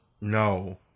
No